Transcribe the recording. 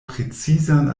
precizan